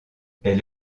elle